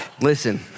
Listen